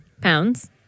pounds